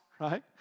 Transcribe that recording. right